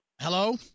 Hello